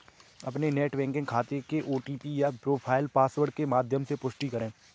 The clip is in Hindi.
अपने नेट बैंकिंग खाते के ओ.टी.पी या प्रोफाइल पासवर्ड के माध्यम से पुष्टि करें